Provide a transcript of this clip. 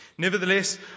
Nevertheless